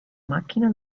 macchina